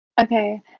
Okay